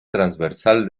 transversal